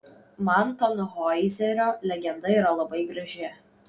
man tanhoizerio legenda yra labai graži